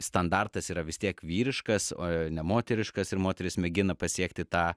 standartas yra vis tiek vyriškas o ne moteriškas ir moterys mėgina pasiekti tą